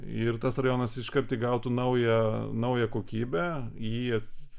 ir tas rajonas iškart įgautų naują naują kokybę į